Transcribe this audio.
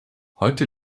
heute